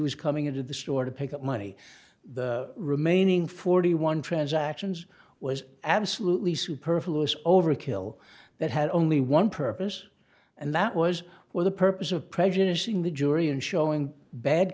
was coming into the store to pick up money the remaining forty one transactions was absolutely superfluous overkill that had only one purpose and that was for the purpose of prejudicing the jury and showing bad